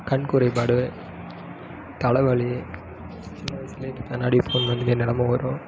கண் குறைபாடு தலை வலி சின்ன வயசுலேயே இப்போ கண்ணாடி போட வேண்டிய நெலமை வரும்